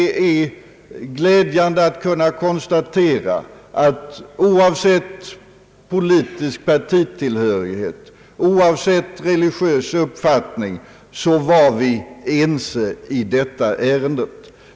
Det är glädjande att kunna konstatera att oavsett politisk partitillhörighet och religiös uppfattning var vi eniga i detta ärende.